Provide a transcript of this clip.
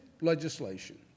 legislation